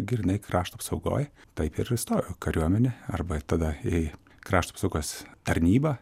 grynai krašto apsaugoj taip ir įstojau į kariuomenę arba tada į krašto apsaugos tarnybą